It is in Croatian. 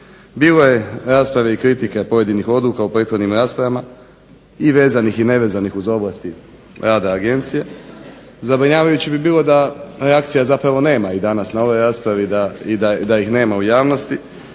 Bilo je rasprave i kritika pojedinih odluka u prethodnim raspravama i vezanih i nevezanih uz ovlasti rada agencije. Zabrinjavajuće bi bilo da reakcija zapravo nema i danas na ovoj raspravi i da ih nema u javnosti,